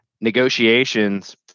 negotiations